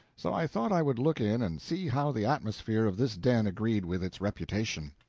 so i thought i would look in and see how the atmosphere of this den agreed with its reputation.